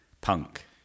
Punk